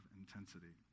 intensity